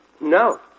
no